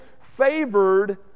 favored